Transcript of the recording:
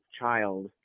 child